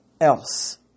else